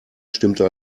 stimmte